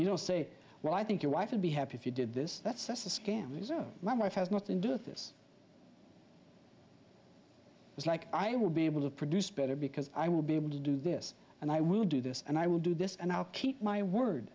you know say well i think your wife would be happy if you did this that's a scam resume my wife has nothing do with this it's like i will be able to produce better because i will be able to do this and i will do this and i will do this and i'll keep my word